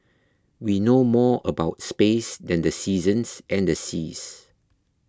we know more about space than the seasons and the seas